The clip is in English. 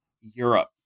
Europe